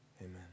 Amen